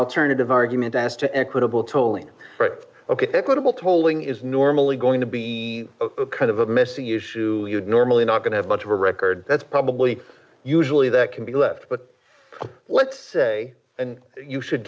alternative argument as to equitable tolling equitable tolling is normally going to be kind of a missing issue you'd normally not going to have much of a record that's probably usually that can be left but let's say and you should